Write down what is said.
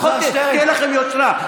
לפחות שתהיה לכם יושרה.